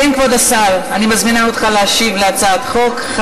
כבוד השר, אני מזמינה אותך להשיב על הצעת החוק.